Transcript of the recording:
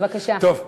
בבקשה.